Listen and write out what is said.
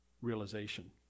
realization